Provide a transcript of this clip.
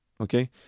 okay